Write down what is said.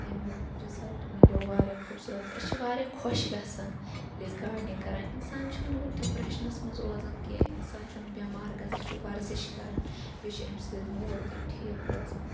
اَمیُٛک result مِلیو واریاہ خوٗبصوٗرَت أسۍ چھِ واریاہ خۄش گَژھان ییٚلہِ أسۍ گاڈنِنگ کَران اِنسان چھُنہٕ ڈِپرٮ۪شنَس مَنٛز روزان کیٚنٛہہ اِنسان چھُنہٕ بٮ۪مار گَژھان سُہ چھُ وَرزِش کَران بیٚیہِ چھُ اَمہِ سۭتۍ موڈ تہِ ٹھیٖک روزان